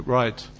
right